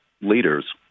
leaders